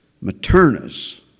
Maternus